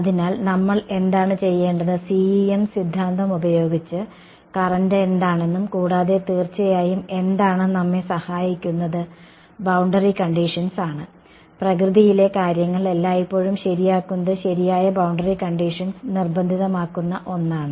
അതിനാൽ നമ്മൾ എന്താണ് ചെയ്യേണ്ടത് CEM സിദ്ധാന്തം ഉപയോഗിച്ച് കറണ്ട് എന്താണെന്നും കൂടാതെ തീർച്ചയായും എന്താണ് നമ്മെ സഹായിക്കുന്നത് ബൌണ്ടറി കണ്ടിഷൻസ് ആണ് പ്രകൃതിയിലെ കാര്യങ്ങൾ എല്ലായ്പ്പോഴും ശരിയാക്കുന്നത് ശരിയായ ബൌണ്ടറി കണ്ടിഷൻസ് നിർബന്ധിതമാക്കുന്ന ഒന്നാണ്